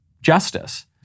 justice